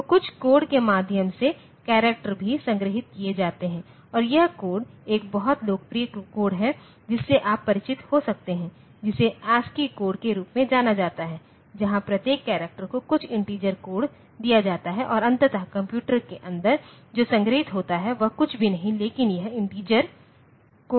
तो कुछ कोड के माध्यम से करैक्टर भी संग्रहीत किए जाते हैं और यह कोड एक बहुत लोकप्रिय कोड है जिससे आप परिचित हो सकते हैं जिसे ASCII कोड के रूप में जाना जाता है जहां प्रत्येक करैक्टर को कुछ इन्टिजर कोड दिया जाता है और अंततः कंप्यूटर के अंदर जो संग्रहीत होता है वह कुछ भी नहीं लेकिन यह इन्टिजर कोड है